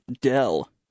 Dell